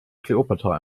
kleopatra